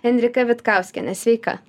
enrika vitkauskienė sveika